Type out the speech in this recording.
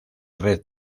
red